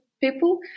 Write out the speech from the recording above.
people